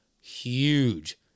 huge